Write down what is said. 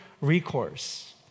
recourse